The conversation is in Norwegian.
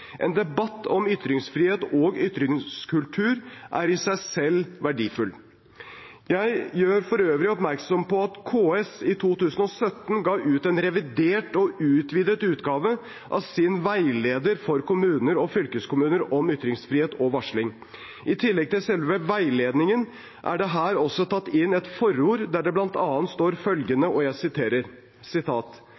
En debatt om ytringsfrihet og ytringskultur er i seg selv verdifull. Jeg gjør for øvrig oppmerksom på at KS i 2017 ga ut en revidert og utvidet utgave av sin veileder for kommuner og fylkeskommuner om ytringsfrihet og varsling. I tillegg til selve veiledningen er det her også tatt inn et forord det det bl.a. står følgende: